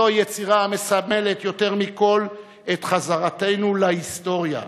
זוהי יצירה המסמלת יותר מכול את חזרתנו להיסטוריה,